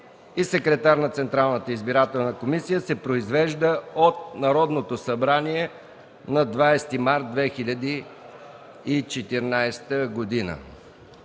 и секретар на Централната избирателна комисия се произвежда от Народното събрание на 20 март 2014 г.